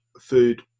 food